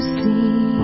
see